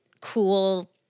cool